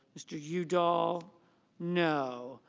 mr. udall no.